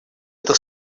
эта